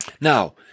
Now